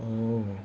oh